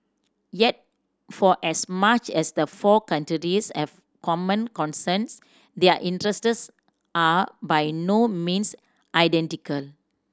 yet for as much as the four have common concerns their interests are by no means identical